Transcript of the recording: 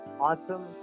awesome